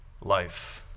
life